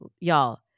y'all